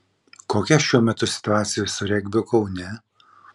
kokia šiuo metu situacija su regbiu kaune